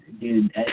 dude